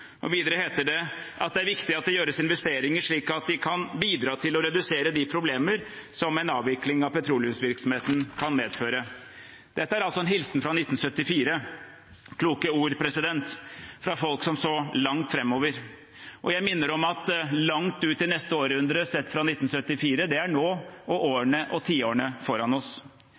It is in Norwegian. Videre heter det at det er viktig at det gjøres investeringer slik at de kan «bidra til å redusere de problemer som avvikling av petroleumsvirksomheten kan medføre». Dette er altså en hilsen fra 1974, kloke ord fra folk som så langt framover, og jeg minner om at langt ut i neste århundre sett fra 1974, det er nå, og årene og tiårene foran oss.